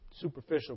superficial